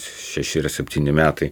šeši ir septyni metai